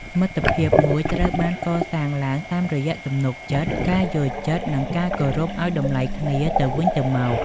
មិត្តភាពមួយត្រូវបានកសាងឡើងតាមរយៈទំនុកចិត្ត ការយល់ចិត្ត និងការគោរពឱ្យតម្លៃគ្នាទៅវិញទៅមក។